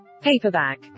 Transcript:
paperback